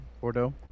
Bordeaux